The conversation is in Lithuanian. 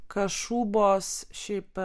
kašubos šiaip